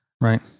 Right